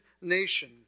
nation